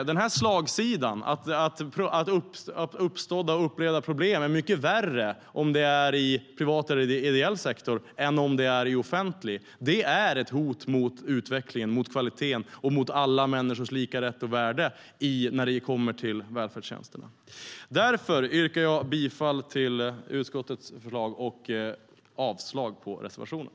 Den här slagsidan, att problem upplevs som mycket värre om det är i privat eller ideell sektor än om det är i offentlig, är ett hot mot utvecklingen, mot kvaliteten och mot alla människors lika rätt och värde när det gäller välfärdstjänsterna. Därför yrkar jag bifall till utskottets förslag och avslag på reservationerna.